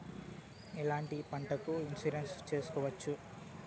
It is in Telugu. ఎట్లాంటి పంటలకు ఇన్సూరెన్సు చేసుకోవచ్చు?